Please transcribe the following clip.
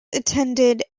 attended